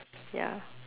ya